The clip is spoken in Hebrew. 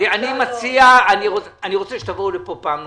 אני רוצה שתבואו לפה פעם נוסף.